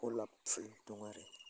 गलाब फुल दं आरो